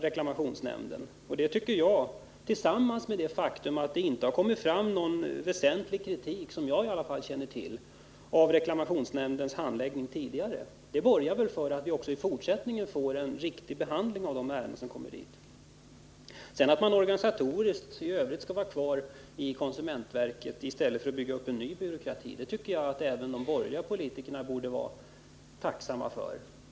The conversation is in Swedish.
Detta, och det faktum att det såvitt jag vet inte har förts fram någon väsentlig kritik mot reklamationsnämndens tidigare handläggning, borgar för att vi också i fortsättningen får en riktig behandling av de ärenden som kommer in till nämnden. Att nämnden organisatoriskt skall vara knuten till konsumentverket i stället för att byggas ut som en ny byråkrati tycker jag att även de borgerliga politikerna borde vara tacksamma för.